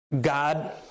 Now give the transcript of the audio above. God